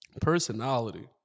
Personality